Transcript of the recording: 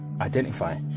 identify